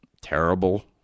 terrible